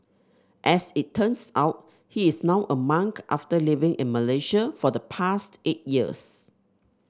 as it turns out he is now a monk after living in Malaysia for the past eight years